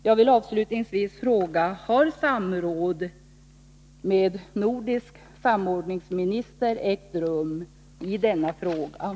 Jag vill avslutningsvis fråga: Har samråd med nordisk samordningsminister ägt rum i detta ärende?